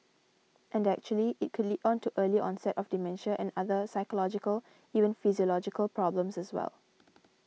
and actually it could lead on to early onset of dementia and other psychological even physiological problems as well